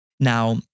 Now